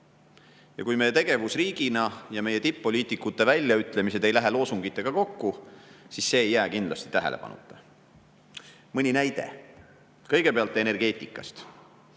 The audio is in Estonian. aga meie tegevus riigina ja meie tipp-poliitikute väljaütlemised ei lähe loosungitega kokku, siis see ei jää kindlasti tähelepanuta. Mõni näide, kõigepealt energeetikast.